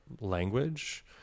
language